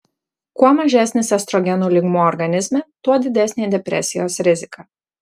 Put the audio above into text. kuo mažesnis estrogenų lygmuo organizme tuo didesnė depresijos rizika